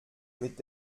mit